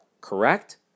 correct